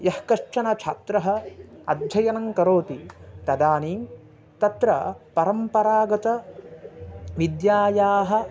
यः कश्चन छात्रः अध्ययनं करोति तदानीं तत्र परम्परागतविद्यायाः